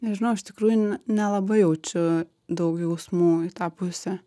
nežinau iš tikrųjų ne nelabai jaučiu daug jausmų į tą pusę